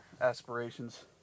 aspirations